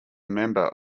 member